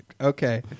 Okay